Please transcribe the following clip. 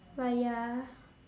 but ya